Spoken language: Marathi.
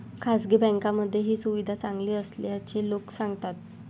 खासगी बँकांमध्ये ही सुविधा चांगली असल्याचे लोक सांगतात